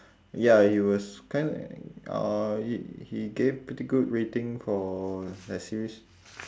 ya he was kinda uh he he gave pretty good rating for the series